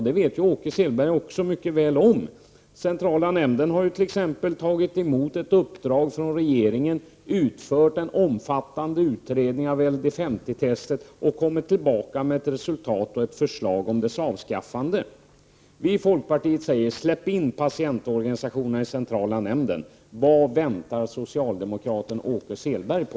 Det vet Åke Selberg också mycket väl. Centrala djurförsöksnämnden har t.ex. antagit ett uppdrag från regeringen och utfört en omfattande utredning av LD50-testet. Vidare har man presenterat resultatet av detta arbete och lagt fram ett förslag om avskaffandet av denna metod. Vi i folkpartiet säger: Släpp in patientorganisationerna i centrala försöksdjursnämnden! Vad väntar socialdemokraten Åke Selberg på?